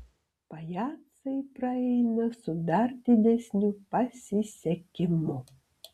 pajacai praeina su dar didesniu pasisekimu